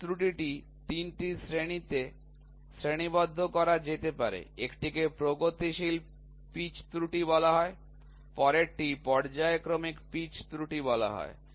pitch ত্রুটিটি ৩টি শ্রেণীতে শ্রেণীবদ্ধ করা যেতে পারে একটিকে প্রগতিশীল পিচ ত্রুটি বলা হয় পরেরটিকে পর্যায়ক্রমিক পিচ ত্রুটি বলা হয়